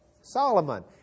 Solomon